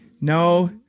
no